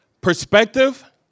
Perspective